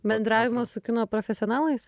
bendravimas su kino profesionalais